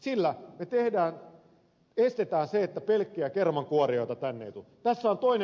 sillä me estämme sen että pelkkiä kermankuorijoita tänne ei tule